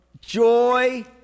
joy